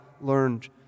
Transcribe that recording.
learned